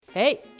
hey